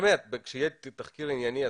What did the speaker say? כשיהיה תחקיר ענייני,